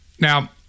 Now